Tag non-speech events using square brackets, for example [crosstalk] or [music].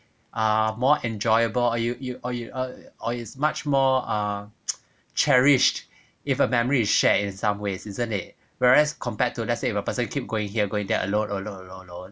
uh more enjoyable or you you or you are or is much more uh [noise] cherished if a memory is shared in some ways isn't it whereas compared to let's say if a person keep going here going there alone alone alone